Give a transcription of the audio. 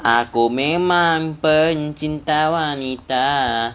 aku memang pencinta wanita